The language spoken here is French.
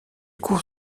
cours